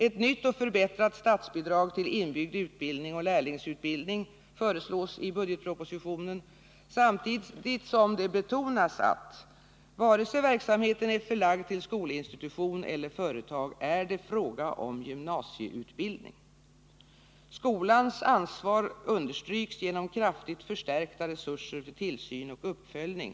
Ett nytt och förbättrat statsbidrag till inbyggd utbildning och lärlingsutbildning föreslås i budgetpropositionen, samtidigt som det betonas att det — vare sig verksamheten är förlagd till skolinstitution eller till företag — är fråga om gymnasieutbildning. Skolans ansvar understryks genom kraftigt förstärkta resurser för tillsyn och uppföljning.